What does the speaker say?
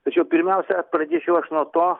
tačiau pirmiausia pradėčiau aš nuo to